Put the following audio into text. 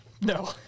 No